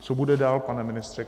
Co bude dál, pane ministře?